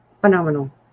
phenomenal